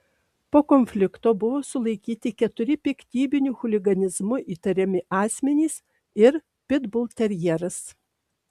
po konflikto buvo sulaikyti keturi piktybiniu chuliganizmu įtariami asmenys ir pitbulterjeras